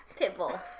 pitbull